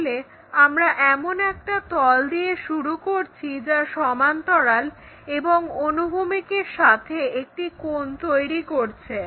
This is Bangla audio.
তাহলে আমরা এমন একটা তল দিয়ে শুরু করি যা সমান্তরাল এবং অনুভূমিক তলের সাথে একটি কোণ তৈরি করেছে